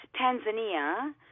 Tanzania